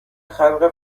خلق